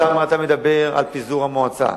בתמרה אתה מדבר על פיזור המועצה.